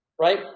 Right